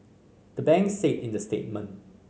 the banks said in the statement